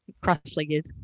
cross-legged